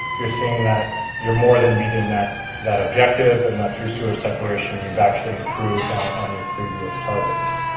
you're seeing that you're more than meeting that that objective, and that through sewer separation you've actually improved on on your previous targets.